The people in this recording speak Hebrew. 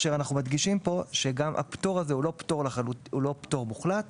אנחנו מדגישים פה שהפטור הזה הוא לא פטור מוחלט,